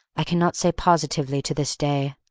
i cannot say positively to this day.